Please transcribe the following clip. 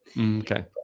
Okay